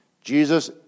Jesus